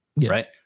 right